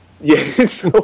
Yes